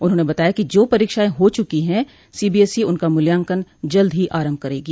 उन्होंने बताया कि जो परीक्षाएं हो चुको हैं सी बीएसई उनका मूल्यांकन जल्द ही आरंभ करेगी